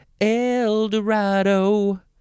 Eldorado